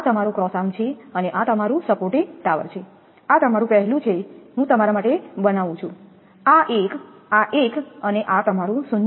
આ તમારો ક્રોસ આર્મછે અને આ તમારું સપોર્ટિંગ ટાવર છે આ તમારું પહેલું છે હું તમારા માટે બનાવું છું આ એક આ એક અને આ તમારું 0